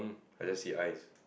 I just see eyes